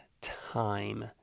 time